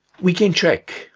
we can check,